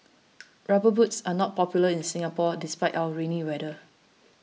rubber boots are not popular in Singapore despite our rainy weather